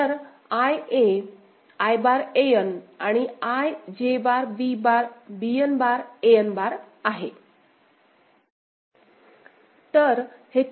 तर I A I बार An आणि I J बार B बार Bn बार An बार आहे